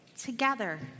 Together